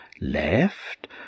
Left